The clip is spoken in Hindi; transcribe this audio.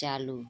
चालू